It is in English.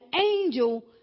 angel